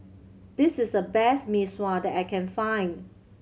this is the best Mee Sua that I can find